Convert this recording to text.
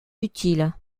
utiles